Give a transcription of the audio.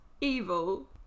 evil